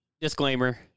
Disclaimer